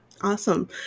Awesome